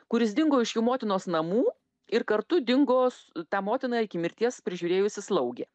kuris dingo iš jų motinos namų ir kartu dingo tą motiną iki mirties prižiūrėjusi slaugė